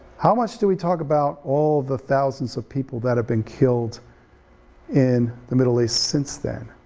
how much do we talk about all the thousands of people that have been killed in the middle east since then?